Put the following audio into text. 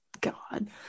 god